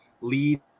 lead